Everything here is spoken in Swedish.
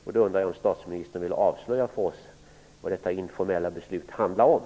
Jag undrar om statsministern vill avslöja för oss vad detta informella beslut innebär.